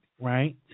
right